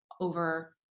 over